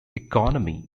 economy